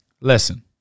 lesson